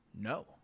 no